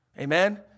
Amen